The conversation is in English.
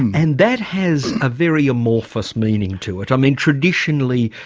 and that has a very amorphous meaning to it. i mean, traditionally,